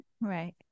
Right